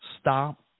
Stop